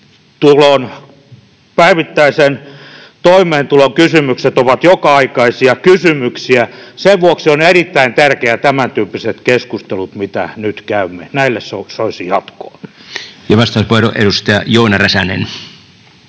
päivittäisen toimeentulon kysymykset ovat joka-aikaisia kysymyksiä. Sen vuoksi ovat erittäin tärkeitä tämäntyyppiset keskustelut, mitä nyt käymme. Näille soisi jatkoa. [Speech 31] Speaker: Joona Räsänen